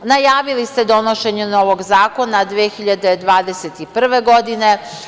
Najavili ste donošenje novog zakona 2021. godine.